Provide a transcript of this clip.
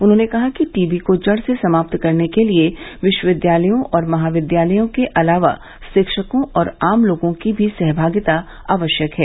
उन्होंने कहा कि टीबी को जड़ से समाप्त करने के लिए विश्वविद्यालयों और महाविद्यालयों के अलावा शिक्षकों और आम लोगों को भी सहभागिता भी आवश्यक है